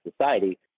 society